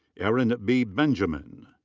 aaron b. benjamin.